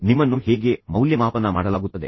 ನಿಮ್ಮನ್ನು ಹೇಗೆ ಮೌಲ್ಯಮಾಪನ ಮಾಡಲಾಗುತ್ತದೆ